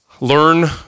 Learn